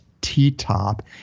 T-top